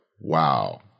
wow